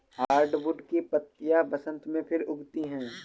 hardwood की पत्तियां बसन्त में फिर उगती हैं